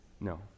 No